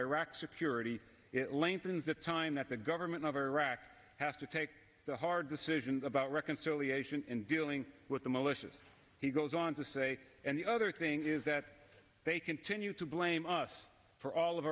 iraq's security it lengthens the time that the government of iraq has to take the hard decisions about reconciliation and dealing with the militias he goes on to say and the other thing is that they continue to blame us for all of